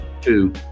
two